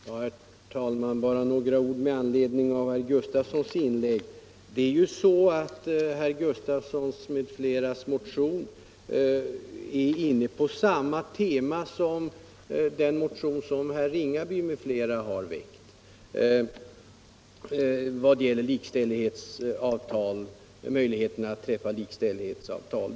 Herr talman! Bara några ord med anledning av herr Gustafssons i Stockholm inlägg. Herr Gustafssons m.fl. motion är inne på samma tema som den motion som herr Ringaby m.fl. har väckt vad gäller möjligheterna att träffa likställighetsavtal.